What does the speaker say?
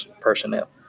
personnel